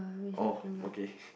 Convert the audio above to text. oh okay